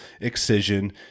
Excision